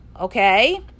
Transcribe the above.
okay